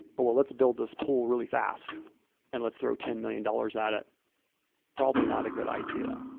but well, let's build this pool really fast and let's throw ten million dollars at it probably not a good idea.